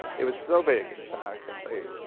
it was so big in fact, that they,